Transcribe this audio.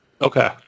Okay